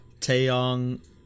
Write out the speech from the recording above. Taeyong